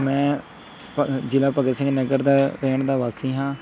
ਮੈਂ ਭਗ ਜ਼ਿਲ੍ਹਾ ਭਗਤ ਸਿੰਘ ਨਗਰ ਦਾ ਰਹਿਣ ਦਾ ਵਾਸੀ ਹਾਂ